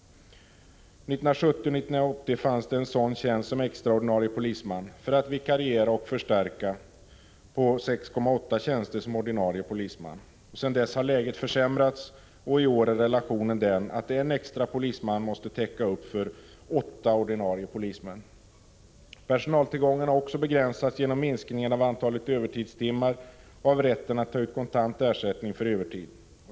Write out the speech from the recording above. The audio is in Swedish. Åren 1970 och 1980 fanns det en sådan tjänst som extra ordinarie polisman —- för att vikariera och förstärka — på 6,8 ordinarie polismanstjänster. Sedan dess har läget försämrats, och i år är relationen en extra polisman på åtta ordinarie polismän. Personaltillgången har också begränsats genom minskningen av antalet övertidstimmar och av rätten att ta ut kontant ersättning för övertid.